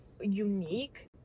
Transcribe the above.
unique